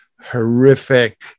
horrific